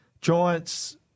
Giants